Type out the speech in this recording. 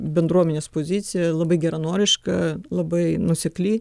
bendruomenės pozicija labai geranoriška labai nuosekli